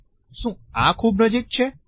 શું આ ખૂબ નજીક છે